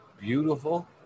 beautiful